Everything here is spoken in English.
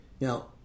Now